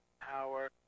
power